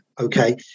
Okay